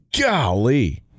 Golly